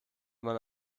man